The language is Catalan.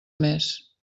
més